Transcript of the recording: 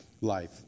life